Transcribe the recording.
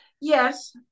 yes